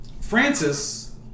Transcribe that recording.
Francis